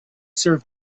serve